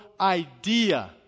idea